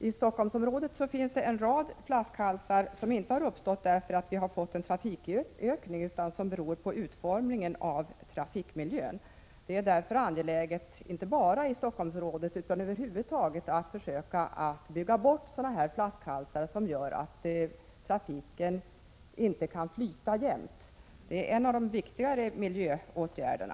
I Stockholmsområdet borde genom på utformningen av trafikmiljön en rad flaskhalsar kunnat undvikas, trots att trafiken ökat. Det är därför angeläget, inte bara i Stockholmsområdet utan generellt sett, att man inriktar sig på att försöka bygga bort flaskhalsar som nu gör att trafiken inte kan flyta jämnt. Det är en av de viktigare miljöåtgärderna.